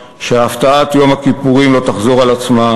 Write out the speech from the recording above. שהפתעת יום הכיפורים לא תחזור על עצמה,